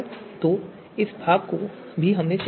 तो इस भाग को भी हमने चेक किया है